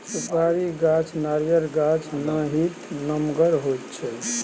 सुपारी गाछ नारियल गाछ नाहित नमगर होइ छइ